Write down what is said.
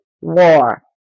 war